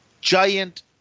giant